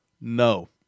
no